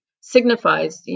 signifies